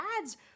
ads